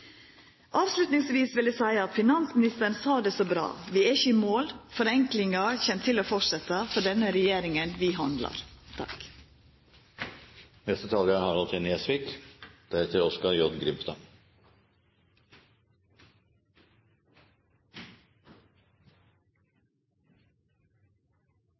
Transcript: Avslutningsvis vil eg seia at finansministeren sa det så bra: Vi er ikkje i mål. Forenklinga kjem til å fortsetja, for denne regjeringa handlar. Først av alt vil jeg igjen rette en takk til statsråden for at vi